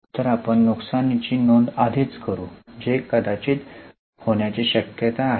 तर आपण नुकसानीची नोंद आधीच करू जे कदाचित होण्याची शक्यता आहे